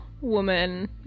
woman